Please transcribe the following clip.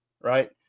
right